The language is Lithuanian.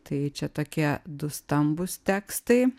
tai čia tokie du stambūs tekstai